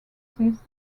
these